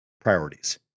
priorities